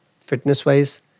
fitness-wise